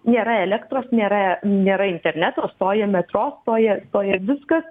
nėra elektros nėra nėra interneto stoja metro stoja stoja viskas